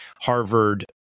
Harvard